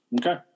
Okay